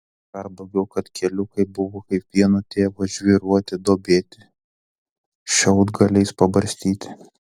dar blogiau kad keliukai buvo kaip vieno tėvo žvyruoti duobėti šiaudgaliais pabarstyti